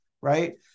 right